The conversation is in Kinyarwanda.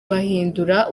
bahindura